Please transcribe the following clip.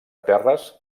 terres